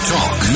Talk